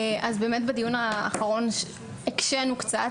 בדיון הקודם באמת הקשנו קצת.